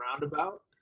roundabout